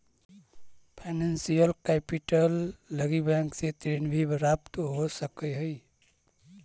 financial capital लगी bank से ऋण भी प्राप्त हो सकऽ हई